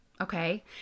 Okay